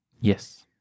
Yes